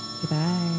Goodbye